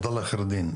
עבדאללה חיראלדין,